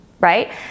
right